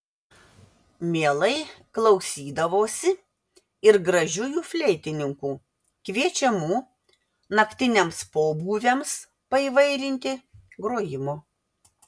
mielai klausydavosi ir gražiųjų fleitininkų kviečiamų naktiniams pobūviams paįvairinti grojimo